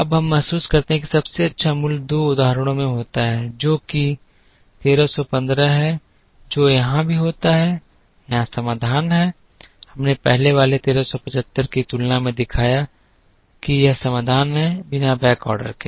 अब हम महसूस करते हैं कि सबसे अच्छा मूल्य दो उदाहरणों में होता है जो कि 1315 है जो यहां भी होता है यहाँ समाधान है कि हमने पहले वाले 1375 की तुलना में दिखाया कि यह समाधान है बिना बैकऑर्डर के